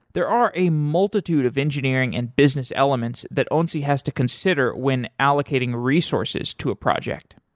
there are a multitude of engineering and business elements that onsi has to consider when allocating resources to a project.